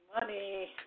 money